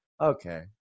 okay